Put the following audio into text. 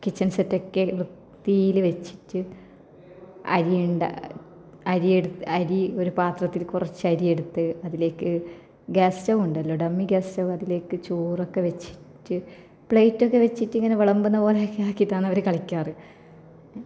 kitchen സെറ്റൊക്കെ വൃത്തിയിൽ വെച്ചിട്ട് അരിയുണ്ടാ അരിയെടു അരി ഒരു പാത്രത്തില് കുറച്ചരിയെടുത്ത് അതിലേക്ക് ഗ്യാസ് സ്ടവ്വുണ്ടല്ലോ ഡമ്മി ഗ്യാസ് അതിലേക്ക് ചോറൊക്കെ വെച്ചിട്ട് പ്ലേറ്റൊക്കെ വെച്ചിട്ടിങ്ങനെ വിളമ്പുന്ന പോലെയൊക്കെ ആക്കിയിട്ടാണ് അവർ കളിക്കാറ്